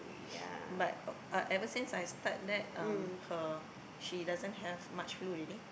but uh ever since I start that um her she doesn't have much flu already